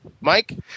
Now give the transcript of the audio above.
Mike